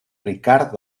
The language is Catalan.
ricard